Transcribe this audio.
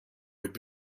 would